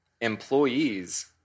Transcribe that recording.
Employees